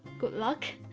good luck